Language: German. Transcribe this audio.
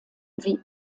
wie